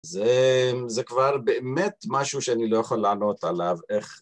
זה כבר באמת משהו שאני לא יכול לענות עליו, איך...